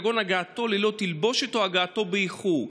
כגון הגעתו ללא תלבושת או הגעתו באיחור".